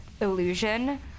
illusion